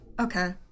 Okay